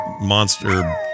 Monster